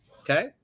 Okay